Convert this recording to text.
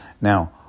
Now